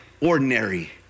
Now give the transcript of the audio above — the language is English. ordinary